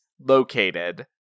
located